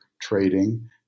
trading